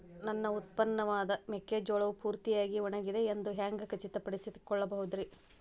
ನನ್ನ ಉತ್ಪನ್ನವಾದ ಮೆಕ್ಕೆಜೋಳವು ಪೂರ್ತಿಯಾಗಿ ಒಣಗಿದೆ ಎಂದು ಹ್ಯಾಂಗ ಖಚಿತ ಪಡಿಸಿಕೊಳ್ಳಬಹುದರೇ?